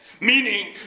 Meaning